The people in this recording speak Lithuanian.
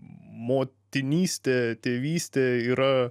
motinystė tėvystė yra